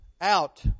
out